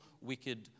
wicked